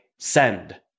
Send